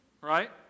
Right